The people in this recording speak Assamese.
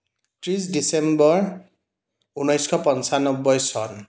ত্ৰিছ ডিচেম্বৰ ঊনৈছশ পঞ্চান্নব্বৈ চন